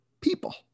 people